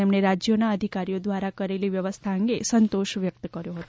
તેમણે રાજ્યોના અધિકારીઓ દ્વારા કરેલી વ્યવસ્થા અંગે સંતોષ વ્યક્ત કર્યો હતો